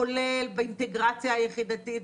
כולל באינטגרציה היחידתית,